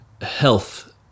health